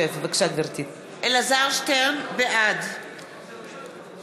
בעד אלעזר שטרן, בעד